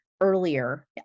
earlier